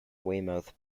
weymouth